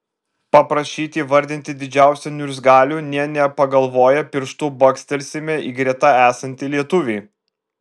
paprašyti įvardinti didžiausią niurzgalių nė nepagalvoję pirštu bakstelsime į greta esantį lietuvį